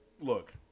look